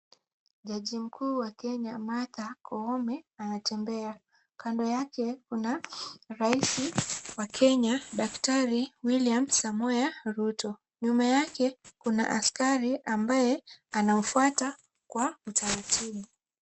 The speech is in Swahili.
Jaji mkuu wa Kenya, Martha Koome anatembea. Kando yake kuna rais wa Kenya daktari William Samoea Ruto. Nyuma yake kuna askari ambaye anamfuata kwa utaratibu.